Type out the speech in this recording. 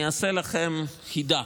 אני אעשה לכם חידה: